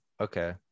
okay